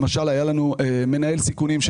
למשל היה לנו מנהל סיכונים.